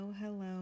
hello